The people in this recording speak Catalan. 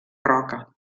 roca